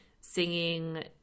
singing